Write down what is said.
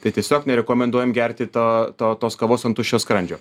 tai tiesiog nerekomenduojam gerti to to tos kavos ant tuščio skrandžio